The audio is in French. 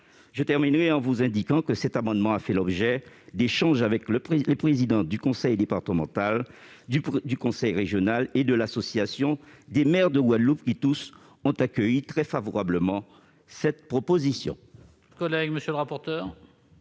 Je terminerai en vous indiquant que cet amendement a fait l'objet d'échanges avec les présidents du conseil départemental, du conseil régional et de l'Association des maires de Guadeloupe, qui, tous, ont accueilli très favorablement cette proposition. Quel est l'avis de la